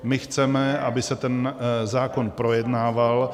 My chceme, aby se ten zákon projednával.